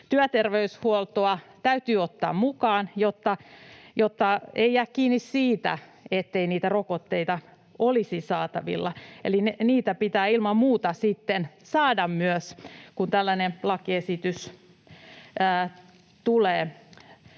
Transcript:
työterveyshuoltoa täytyy ottaa mukaan, jotta ei jää kiinni siitä, ettei rokotteita olisi saatavilla, eli niitä pitää ilman muuta sitten saada myös, kun tällainen lakiesitys tulee.